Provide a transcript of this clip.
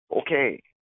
Okay